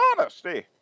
honesty